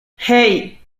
hey